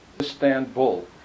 Istanbul